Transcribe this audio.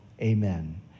amen